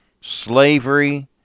slavery